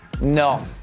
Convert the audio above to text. No